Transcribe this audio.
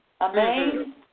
Amen